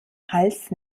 hals